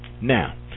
Now